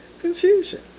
Confusion